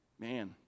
Man